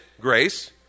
Grace